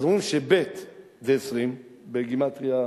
אז אומרים שבי"ת זה 20 בגימטריה קטנה,